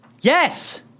Yes